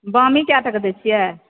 वामी कए टके दै छियै